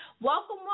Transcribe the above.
Welcome